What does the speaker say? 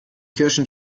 kirschen